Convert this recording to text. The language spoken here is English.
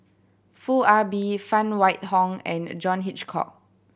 Foo Ah Bee Phan Wait Hong and John Hitchcock